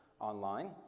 online